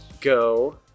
go